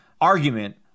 argument